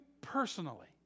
personally